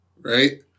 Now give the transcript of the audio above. right